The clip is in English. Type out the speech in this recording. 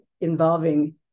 involving